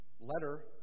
letter